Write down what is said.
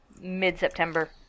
mid-September